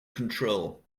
control